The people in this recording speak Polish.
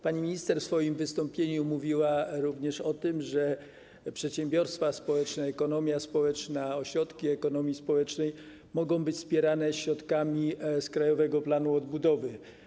Pani minister w swoim wystąpieniu mówiła również o tym, że przedsiębiorstwa społeczne, ekonomia społeczna, ośrodki ekonomii społecznej mogą być wspierane środkami z Krajowego Planu Odbudowy.